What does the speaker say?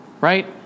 Right